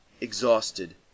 exhausted